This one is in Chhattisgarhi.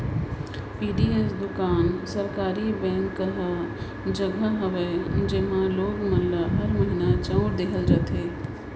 पीडीएस दुकान सहकारी बेंक कहा जघा हवे जेम्हे लोग मन ल हर महिना चाँउर देहल जाथे